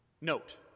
Note